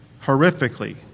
horrifically